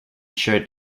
showed